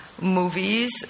movies